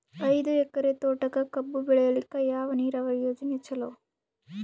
ಐದು ಎಕರೆ ತೋಟಕ ಕಬ್ಬು ಬೆಳೆಯಲಿಕ ಯಾವ ನೀರಾವರಿ ಯೋಜನೆ ಚಲೋ?